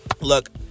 look